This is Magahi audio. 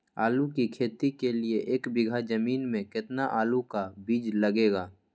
आलू की खेती के लिए एक बीघा जमीन में कितना आलू का बीज लगेगा?